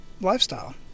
lifestyle